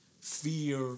fear